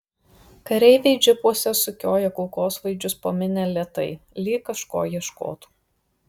kareiviai džipuose sukioja kulkosvaidžius po minią lėtai lyg kažko ieškotų